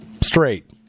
straight